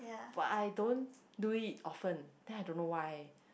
but I don't do it often then I don't know why